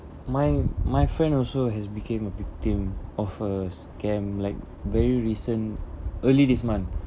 my my friend also has became a victim of a scam like very recent early this month